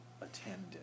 attended